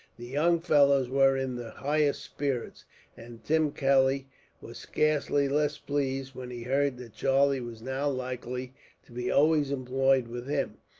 the young fellows were in the highest spirits and tim kelly was scarcely less pleased, when he heard that charlie was now likely to be always employed with him.